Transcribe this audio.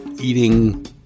eating